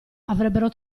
avrebbero